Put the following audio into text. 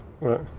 Right